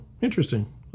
Interesting